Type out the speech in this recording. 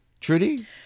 Trudy